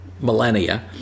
millennia